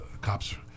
cops